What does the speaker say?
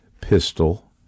pistol